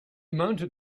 mounted